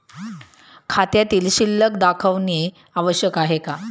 खात्यातील शिल्लक दाखवणे आवश्यक आहे का?